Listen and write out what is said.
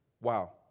wow